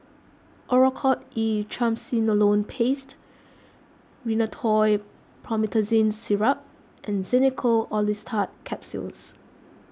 Oracort E Triamcinolone Paste Rhinathiol Promethazine Syrup and Xenical Orlistat Capsules